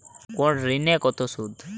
কোন ঋণে কত সুদ?